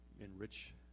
enrich